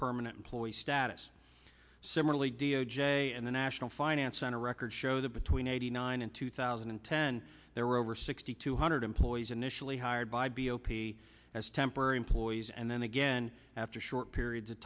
permanent employees status similarly d o j and the national finance center records show that between eighty nine and two thousand and ten there were over sixty two hundred employees initially hired by b o p as temporary employees and then again after a short period of